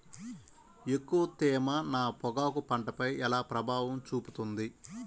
ఎక్కువ తేమ నా పొగాకు పంటపై ఎలా ప్రభావం చూపుతుంది?